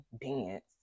dance